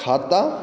खाता